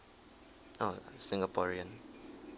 oh singaporean